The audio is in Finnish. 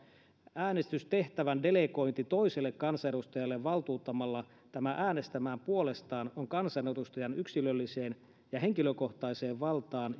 äänestystehtävän delegointi toiselle kansanedustajalle valtuuttamalla tämä äänestämään puolestaan on kansanedustajan yksilölliseen ja henkilökohtaiseen valtaan